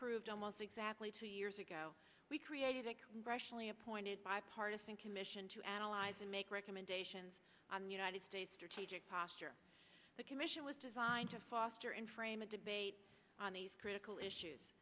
proved almost exactly two years ago we created a congressionally appointed bipartisan commission to analyze and make recommendations on united states strategic posture the commission was designed to foster in frame a debate on these critical issues